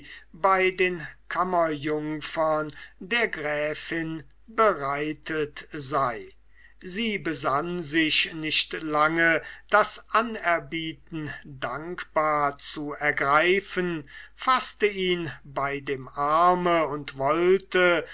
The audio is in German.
bei den kammerjungfern der gräfin bereitet sei sie besann sich nicht lange das anerbieten dankbar zu ergreifen faßte ihn bei dem arme und wollte